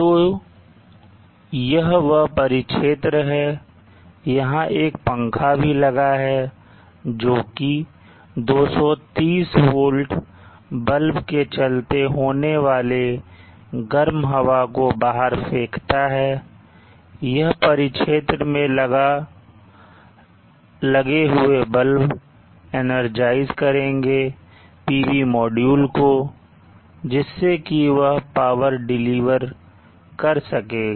तो यह वह परिक्षेत्र है यहां एक पंखा भी लगा है जोकि 230 volt बल्ब के चलते होने वाले गर्म हवा को बाहर फेकता है यह परिक्षेत्र में लगे हुए बल्ब energize करेंगे PV मॉड्यूल को जिससे कि वह पावर डिलीवर कर सकेगा